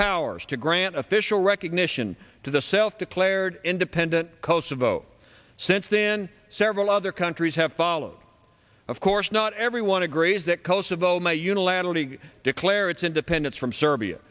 powers to grant official recognition to the self declared independent kosovo since then several other countries have followed of course not everyone agrees that kosovo may unilaterally declare its independence from serbia